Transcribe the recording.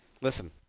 listen